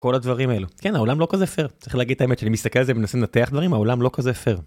כל הדברים האלו כן העולם לא כזה פייר צריך להגיד את האמת שלי מסתכל על זה מנסים לתח דברים העולם לא כזה פייר.